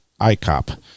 icop